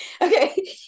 okay